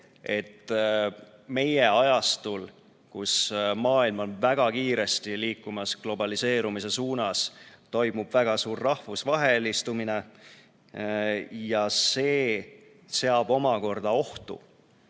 meie ajastul, kui maailm on väga kiiresti liikumas globaliseerumise suunas, toimub väga suur rahvusvahelistumine. Ja see seab ohtu